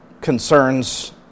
concerns